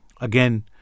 Again